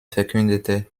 verkündete